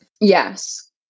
Yes